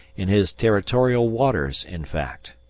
in his territorial waters, in fact.